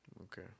Okay